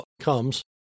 comes